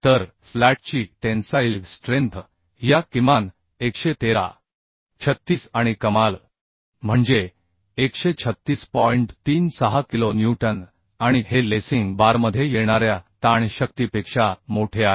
तर फ्लॅटची tensile strength या 113 आणि 136 ची किमान होईल म्हणजे 113 म्हणजे 113 36 किलो न्यूटन आणि हे लेसिंग बारमध्ये येणाऱ्या ताण शक्तीपेक्षा मोठे आहे